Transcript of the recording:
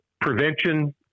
prevention